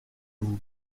vous